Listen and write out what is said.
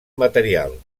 material